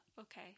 Okay